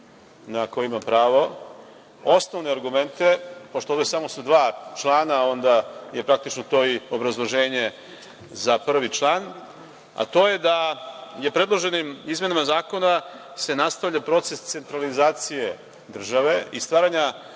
na koje imam pravo, osnovne argumente. Pošto su ovde samo dva člana, onda je praktično to i obrazloženje za prvi član, a to je da se predloženim izmenama zakona nastavlja proces centralizacije države i stvaranja